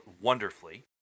wonderfully